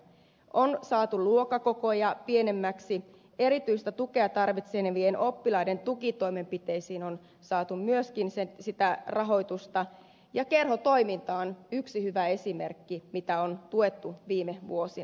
on saatu luokkakokoja pienemmäksi erityistä tukea tarvitsevien oppilaiden tukitoimenpiteisiin on saatu myöskin sitä rahoitusta ja kerhotoiminta on yksi hyvä esimerkki siitä mitä on tuettu viime vuosina